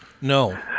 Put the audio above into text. No